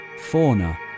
fauna